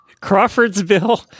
Crawfordsville